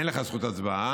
אין לך זכות הצבעה?